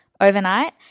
overnight